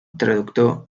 traductor